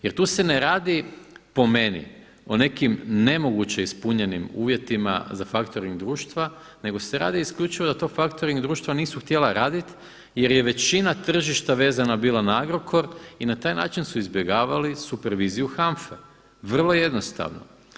Jer tu se ne radi po meni o nekim nemoguće ispunjenim uvjetima za faktoring društva nego se radi isključivo da to faktoring društva nisu htjela raditi jer je većina tržišta vezana bila na Agrokor i na taj način su izbjegavali superviziju HANFA-e, vrlo jednostavno.